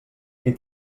qui